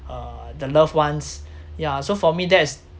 uh the loved ones yeah so for me that's